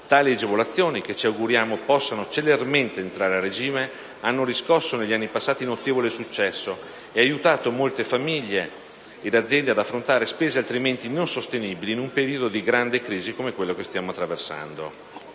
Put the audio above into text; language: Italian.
Tali agevolazioni, che ci auguriamo possano celermente entrare a regime, hanno riscosso negli anni passati notevole successo e aiutato molte famiglie ed aziende ad affrontare spese altrimenti non sostenibili in un periodo di grande crisi come quello che stiamo attraversando.